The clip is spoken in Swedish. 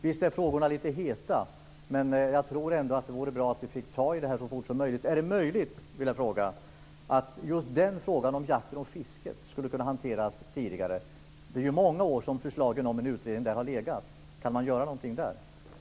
Visst är frågorna lite heta, men jag tror ändå att det vore bra om vi fick ta tag i det här så fort som möjligt. Jag vill fråga om just det som gäller jakt och fiske skulle kunna hanteras tidigare. Förslag om en utredning har förelegat i många år. Kan man göra något på denna punkt?